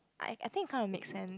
I I think it kind of make sense